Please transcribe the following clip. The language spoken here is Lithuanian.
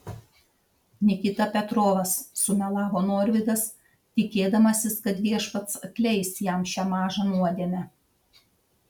nikita petrovas sumelavo norvydas tikėdamasis kad viešpats atleis jam šią mažą nuodėmę